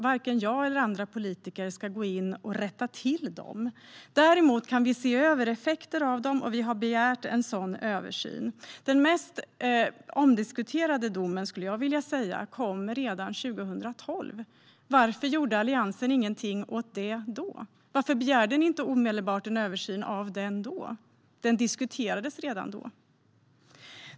Varken jag eller andra politiker ska gå in och rätta till dem. Däremot kan vi se över effekterna av dem, och vi har begärt en översyn. Den enligt mig mest omdiskuterade domen kom redan 2012. Varför gjorde Alliansen ingenting åt detta då? Varför begärde ni inte omedelbart en översyn? Den diskuterades redan då.